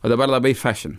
o dabar labai fešin